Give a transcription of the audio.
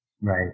Right